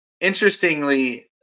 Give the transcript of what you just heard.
interestingly